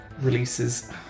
releases